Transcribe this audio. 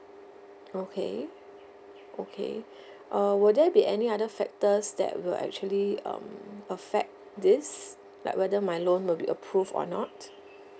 okay okay uh will there be any other factors that will actually um affect this like whether my loan will be approve or not